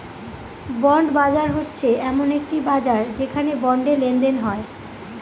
bond বাজার হচ্ছে এমন একটি বাজার যেখানে বন্ডে লেনদেন হয়